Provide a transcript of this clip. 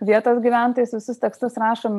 vietos gyventojus visus tekstus rašom